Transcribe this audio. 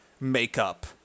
makeup